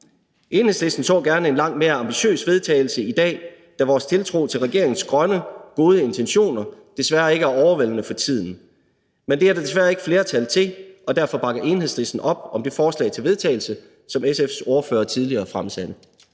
Enhedslisten så gerne et langt mere ambitiøst forslag til vedtagelse i dag, da vores tiltro til regeringens grønne gode intentioner desværre ikke er overvældende for tiden. Men det er der desværre ikke flertal for, og derfor bakker Enhedslisten op om det forslag til vedtagelse, som SF's ordfører tidligere fremsatte.